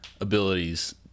abilities